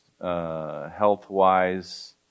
health-wise